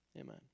Amen